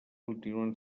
continuen